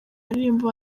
aririmba